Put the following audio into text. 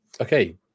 Okay